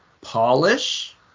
polish